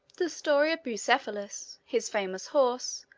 the story of bucephalus, his famous horse,